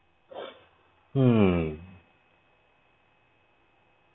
hmm